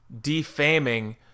defaming